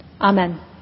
Amen